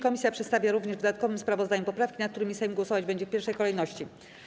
Komisja przedstawia również w dodatkowym sprawozdaniu poprawki, nad którymi Sejm głosować będzie w pierwszej kolejności.